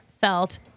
felt